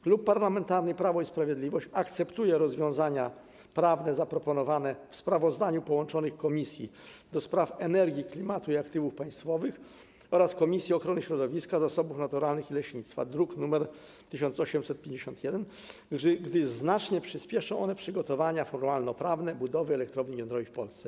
Klub Parlamentarny Prawo i Sprawiedliwość akceptuje rozwiązania prawne zaproponowane w sprawozdaniu połączonych Komisji: do Spraw Energii, Klimatu i Aktywów Państwowych oraz Ochrony Środowiska, Zasobów Naturalnych i Leśnictwa, druk nr 1851, gdyż znacznie przyspieszą one przygotowania formalnoprawne budowy elektrowni jądrowej w Polsce.